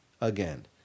again